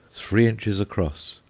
three inches across.